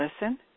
listen